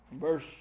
Verse